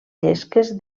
llesques